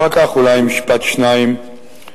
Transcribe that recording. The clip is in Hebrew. אחר כך, אולי משפט או שניים משלי.